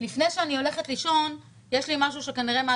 לפני שאני הולכת לישון יש לי משהו שהוא כנראה מן